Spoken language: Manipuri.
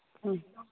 ꯑꯥ